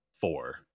four